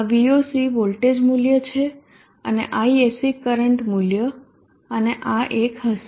આ Voc voltage મૂલ્ય છે અને Isc કરંટ મૂલ્ય અને આ એક હશે